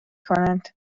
کنند